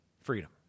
freedom